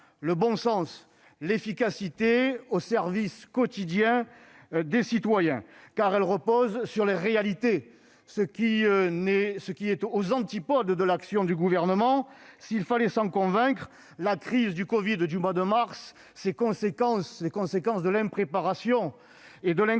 le bon sens, l'efficacité au service quotidien des citoyens. Elles reposent sur les réalités, aux antipodes de l'action du Gouvernement. S'il fallait s'en convaincre, durant la crise du covid du mois de mars, les conséquences de l'impréparation et de l'incompétence